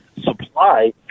supply